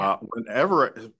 Whenever